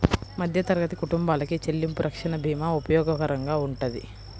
మధ్యతరగతి కుటుంబాలకి చెల్లింపు రక్షణ భీమా ఉపయోగకరంగా వుంటది